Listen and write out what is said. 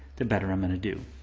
the better i'm gonna do.